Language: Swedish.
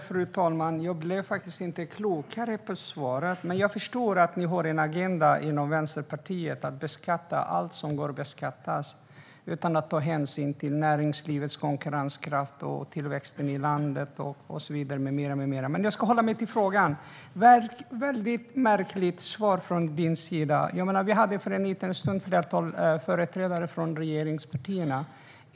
Fru talman! Jag blev inte klokare av svaret. Jag förstår att ni har en agenda inom Vänsterpartiet att beskatta allt som går att beskatta utan att ta hänsyn till näringslivets konkurrenskraft, tillväxten i landet och så vidare. Men jag ska hålla mig till frågan. Det är ett väldigt märkligt svar från din sida. Vi hörde för en liten stund sedan företrädare från regeringspartierna.